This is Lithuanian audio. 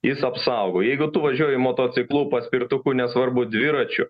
jis apsaugo jeigu tu važiuoji motociklu paspirtuku nesvarbu dviračiu